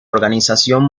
organización